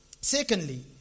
Secondly